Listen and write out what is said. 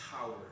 power